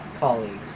colleagues